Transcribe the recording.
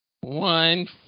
One